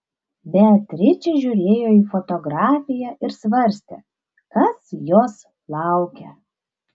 beatričė žiūrėjo į fotografiją ir svarstė kas jos laukia